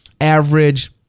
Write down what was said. average